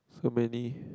so many